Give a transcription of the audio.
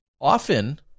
often